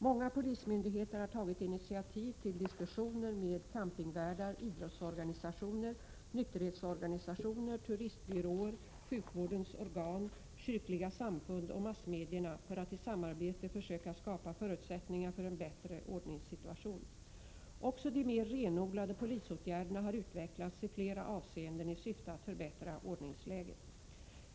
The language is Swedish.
Många polismyndigheter har tagit initiativ till diskussioner med campingvärdar, idrottsorganisationer, nykterhetsorganisationer, turistbyråer, sjukvårdens organ, kyrkliga samfund och massmedierna för att i samarbete försöka skapa förutsättningar för en bättre ordningssituation. Också de mer renodlade polisåtgärderna har utvecklats i flera avseenden i syfte att förbättra ordningsläget.